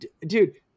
Dude